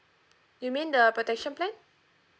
you mean the protection plan